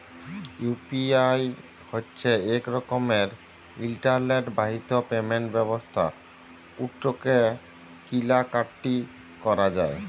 UPI হছে ইক রকমের ইলটারলেট বাহিত পেমেল্ট ব্যবস্থা উটতে কিলা কাটি ক্যরা যায়